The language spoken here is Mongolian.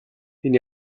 энэ